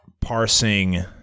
parsing